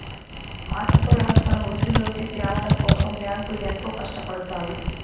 ఆర్థిక వ్యవస్థను వృద్ధిలోకి త్యావడం కోసం బ్యాంకులు ఎంతో కట్టపడుతాయి